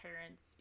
parents